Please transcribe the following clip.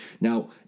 Now